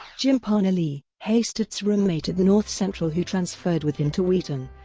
jim parnalee, hastert's roommate at north central who transferred with him to wheaton,